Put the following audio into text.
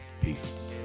peace